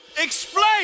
Explain